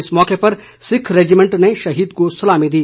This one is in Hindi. इस मौके पर सिक्ख रेजिमेंट ने शहीद को सलामी दी